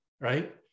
right